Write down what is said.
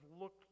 looked